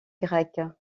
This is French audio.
grecque